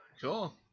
Cool